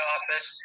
Office